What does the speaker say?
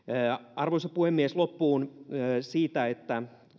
arvoisa puhemies lopuksi siitä että